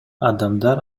адамдар